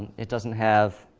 it doesn't have,